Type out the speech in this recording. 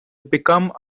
become